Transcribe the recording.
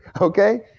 Okay